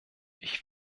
ich